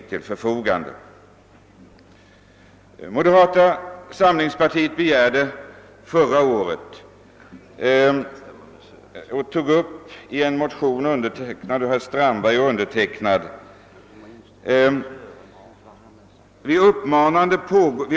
I motion II1:708 förra året tog min partikamrat herr Strandberg och jag upp dessa frågor och hemställde att riksdagen i skrivelse till Kungl, Maj:t Bön anhålla att Kungl. Maj:t måtte .